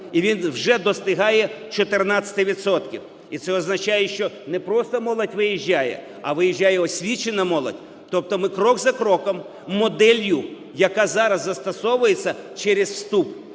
і він вже достигає 14 відсотків. І це означає, що не просто молодь виїжджає, а виїжджає освічена молодь, тобто ми крок за кроком, моделлю, яка зараз застосовується через вступ,